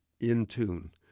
in-tune